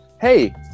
Hey